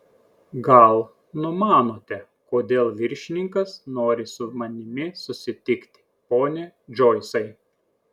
gal numanote kodėl viršininkas nori su manimi susitikti pone džoisai